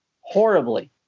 horribly